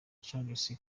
charles